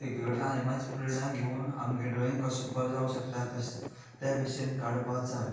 तेगे कडच्या आनी मात्शी प्रेरणा घेवन आमगे ड्रॉईंग कशी बरें जावं शकता तशे भशेन काडपा जाय